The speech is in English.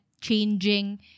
changing